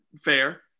fair